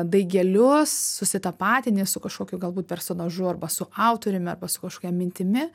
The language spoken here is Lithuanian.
daigelius susitapatini su kažkokiu galbūt personažu arba su autoriumi arba su kažkokia mintimi